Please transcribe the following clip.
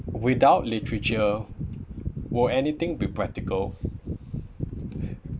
without literature will anything be practical